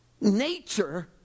nature